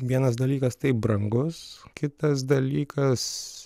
vienas dalykas taip brangus kitas dalykas